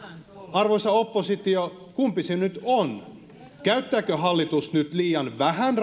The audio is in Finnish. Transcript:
arvoisa oppositio kumpi se nyt on käyttääkö hallitus nyt koulutukseen liian vähän